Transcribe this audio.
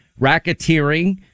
racketeering